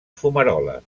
fumaroles